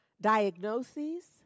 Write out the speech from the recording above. diagnoses